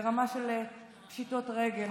לרמה של פשיטת רגל.